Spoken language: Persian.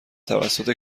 توسط